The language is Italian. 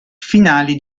finali